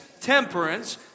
temperance